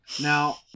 Now